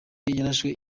yararashwe